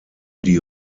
die